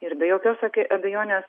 ir be jokios abejonės